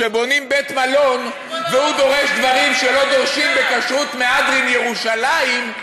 כשבונים בית-מלון והוא דורש דברים שלא דורשים בכשרות מהדרין ירושלים,